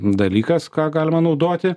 dalykas ką galima naudoti